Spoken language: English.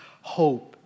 hope